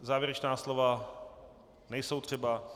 Závěrečná slova nejsou třeba.